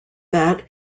that